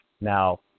Now